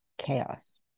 chaos